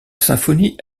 symphonie